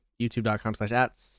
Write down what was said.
YouTube.com/slash/at